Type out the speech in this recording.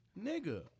nigga